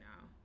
now